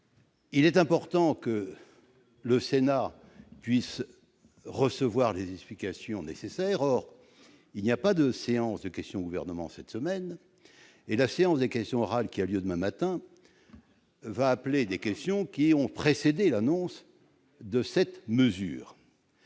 semble important que le Sénat puisse recevoir les explications nécessaires. Or il n'y a pas de séance de questions d'actualité cette semaine et la séance des questions orales qui aura lieu demain portera sur des questions ayant précédé l'annonce de cette mesure.